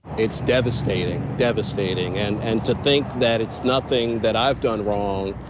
it's devastating devastating and and to think that it's nothing that i've done wrong.